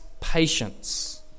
patience